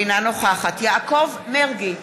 אינה נוכחת יעקב מרגי,